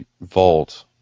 Vault